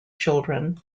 children